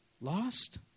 Lost